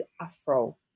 Afro